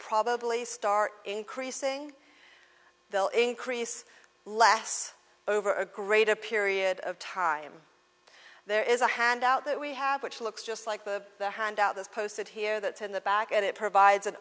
probably start increasing they'll increase last over a greater period of time there is a handout that we have which looks just like the the handout this posted here that in the back and it provides an